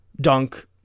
dunk